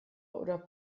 oder